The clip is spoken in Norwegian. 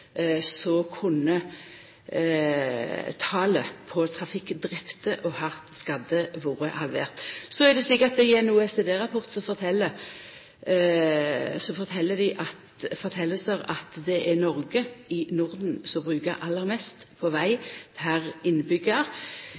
kunne talet på trafikkdrepne og hardt skadde vore halvert. Så er det slik at i ein OECD-rapport blir det fortalt at det er Noreg i Norden som brukar aller mest på veg per